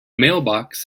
mailbox